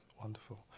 Wonderful